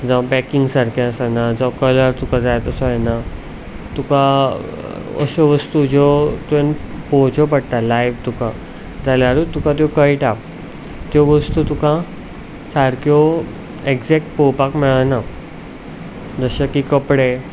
जावं पॅकिंग सारकें आसना जावं कलर तुका जाय तसो येना तुका अश्यो वस्तू ज्यो तुवेन पोवच्यो पडटा लायव्ह तुका जाल्यारूच तुका त्यो कळटा त्यो वस्तू तुका सारक्यो एक्झेक्ट पोवपाक मेळना जशे की कपडे